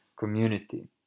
Community